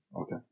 Okay